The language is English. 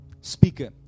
speaker